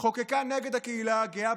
חוקקה נגד הקהילה הגאה,